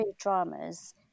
dramas